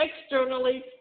Externally